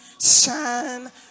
shine